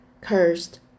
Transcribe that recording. Cursed